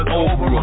over